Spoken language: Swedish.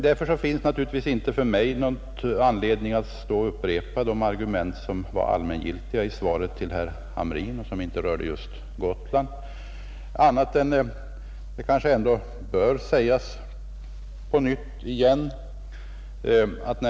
Därför finns det ingen anledning för mig att upprepa de argument i svaret till herr Hamrin som var allmängiltiga och som inte rörde just Gotland.